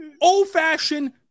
old-fashioned